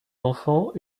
enfants